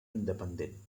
independent